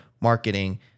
marketing